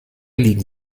liegen